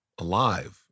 alive